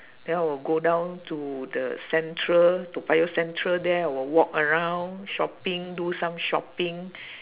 then I will go down to the central toa payoh central there I will walk around shopping do some shopping